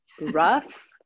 rough